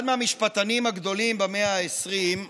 אחד מהמשפטנים הגדולים במאה ה-20,